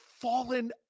Fallen